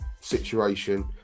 situation